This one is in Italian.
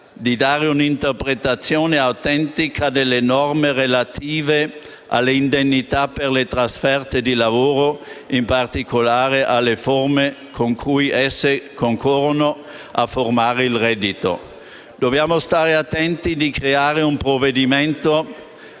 di dare un'interpretazione autentica delle norme relative alle indennità per le trasferte di lavoro, in particolare alle forme con cui esse concorrono a formare il reddito. Dobbiamo stare attenti a creare un provvedimento